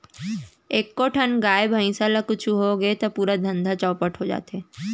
एको ठन गाय, भईंस ल कुछु होगे त पूरा धंधा चैपट हो जाथे